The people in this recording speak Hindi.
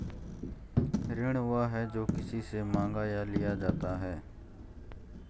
ऋण वह है, जो किसी से माँगा या लिया जाता है